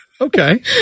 Okay